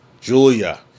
Julia